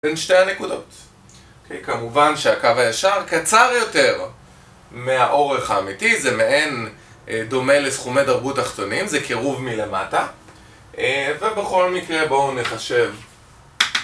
בין שתי הנקודות, כמובן שהקו הישר קצר יותר מהאורך האמיתי, זה מעין דומה לסכומי דרבו תחתונים, זה קירוב מלמטה, ובכל מקרה בואו נחשב